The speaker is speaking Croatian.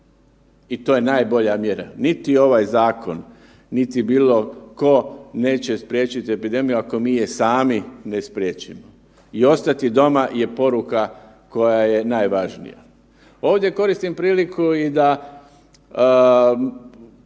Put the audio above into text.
i to je najbolja mjera. Niti ovaj zakon niti bilo tko neće spriječiti epidemiju, ako mi je sami ne spriječimo i ostati doma je poruka koja je najvažnija. Ovdje koristim priliku i da